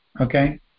okay